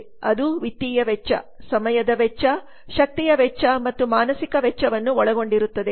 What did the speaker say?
ಆದ್ದರಿಂದ ಅದು ವಿತ್ತೀಯ ವೆಚ್ಚ ಸಮಯದ ವೆಚ್ಚ ಶಕ್ತಿಯ ವೆಚ್ಚ ಮತ್ತು ಮಾನಸಿಕ ವೆಚ್ಚವನ್ನು ಒಳಗೊಂಡಿರುತ್ತದೆ